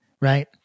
right